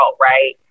right